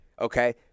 Okay